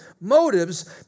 Motives